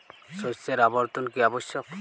শস্যের আবর্তন কী আবশ্যক?